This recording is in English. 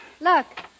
Look